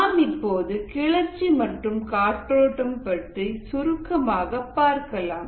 நாம் இப்போது கிளர்ச்சி மற்றும் காற்றோட்டம் பற்றி சுருக்கமாக பார்க்கலாம்